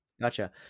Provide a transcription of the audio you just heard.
Gotcha